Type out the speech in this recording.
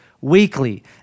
weekly